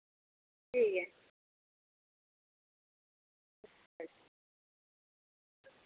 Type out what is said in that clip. ठीक ऐ